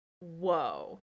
whoa